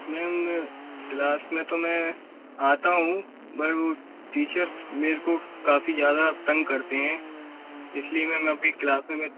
ma'am class में तो मैं आता हूँ पर वह टीचर्स मेरे को काफ़ी ज़्यादा तंग करतें हैं इसलिए मैम अभी क्लास में मैं